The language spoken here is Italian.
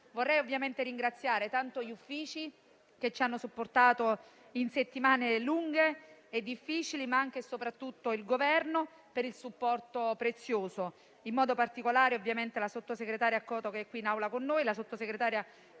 vorrei ringraziare tanto gli uffici, che ci hanno supportato in settimane lunghe e difficili, ma anche e soprattutto il Governo per il supporto prezioso, in modo particolare la sottosegretaria Accoto, che è qui in Aula con noi, la sottosegretaria